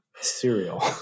Cereal